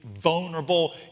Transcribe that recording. vulnerable